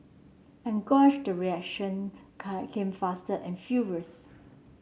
and gosh the reaction come came fast and furious